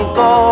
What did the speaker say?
go